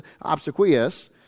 obsequious